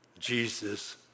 Jesus